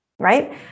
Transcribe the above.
right